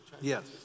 Yes